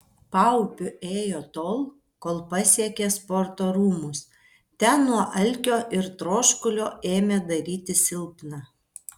paupiu ėjo tol kol pasiekė sporto rūmus ten nuo alkio ir troškulio ėmė darytis silpna